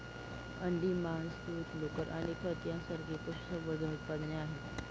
अंडी, मांस, दूध, लोकर आणि खत यांसारखी पशुसंवर्धन उत्पादने आहेत